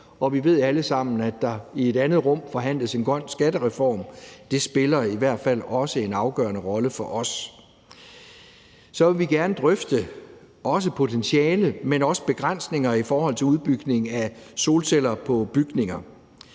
Og vi ved alle sammen, at der i et andet rum forhandles en grøn skattereform. Det spiller i hvert fald også en afgørende rolle for os. Så vil vi gerne drøfte potentialer, men også begrænsninger i forhold til udbygningen af solceller på bygninger.